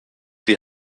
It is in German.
die